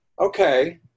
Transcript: okay